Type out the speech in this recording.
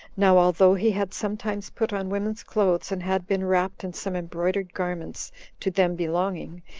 now although he had sometimes put on women's clothes, and had been wrapt in some embroidered garments to them belonging,